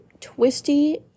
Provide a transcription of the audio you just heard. twisty